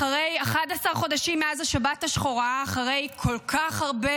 אחרי 11 חודשים מאז השבת השחורה, אחרי כל כך הרבה